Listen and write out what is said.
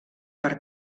per